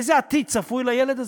איזה עתיד צפוי לילד הזה?